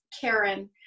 Karen